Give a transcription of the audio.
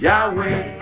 Yahweh